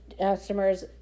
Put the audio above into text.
customers